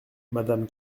madame